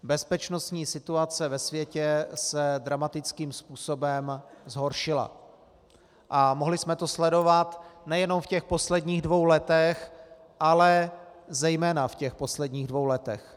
Bezpečnostní situace ve světě se dramatickým způsobem zhoršila a mohli jsme to sledovat nejenom v těch posledních dvou letech, ale zejména v těch posledních dvou letech.